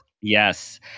Yes